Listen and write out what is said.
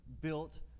built